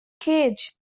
cage